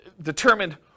determined